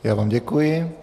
Já vám děkuji.